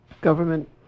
government